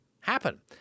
happen